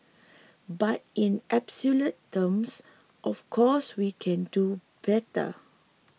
but in absolute terms of course we can do better